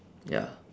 ya